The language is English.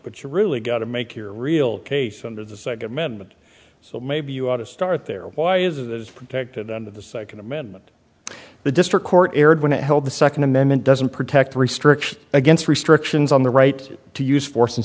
you really gotta make your real case under the second amendment so maybe you ought to start there why is it is protected under the second amendment the district court erred when it held the second amendment doesn't protect restriction against restrictions on the right to use force in